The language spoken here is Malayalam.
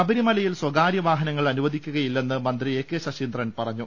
ശബരിമലയിൽ സ്ഥകാരൃ വാഹനങ്ങൾ അനുവദിക്കുകയില്ലെന്ന് മന്ത്രി എ കെ ശശീന്ദ്രൻ പറഞ്ഞു